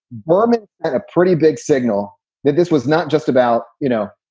berman and a pretty big signal that this was not just about, you know,